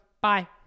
Bye